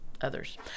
others